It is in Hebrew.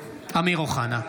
(קורא בשמות חברי הכנסת) אמיר אוחנה,